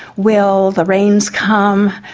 will the rains come?